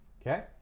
Okay